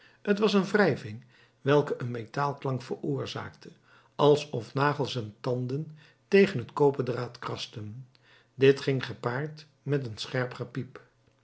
t was een wrijving welke een metaalklank veroorzaakte alsof nagels en tanden tegen het koperdraad krasten dit ging gepaard met een scherp gepiep